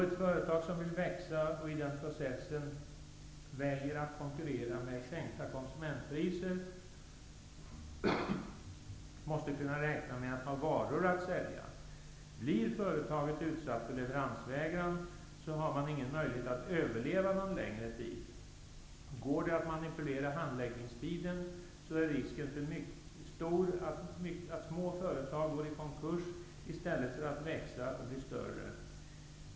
Ett företag som vill växa, och i den processen väljer att konkurrera med sänkta komsumentpriser, måste kunna räkna med att ha varor att sälja. Om företaget blir utsatt för leveransvägran, har det ingen möjlighet att överleva någon längre tid. Om det går att manipulera handläggningstiden, är risken stor att små företag går i konkurs, i stället för att växa och bli större.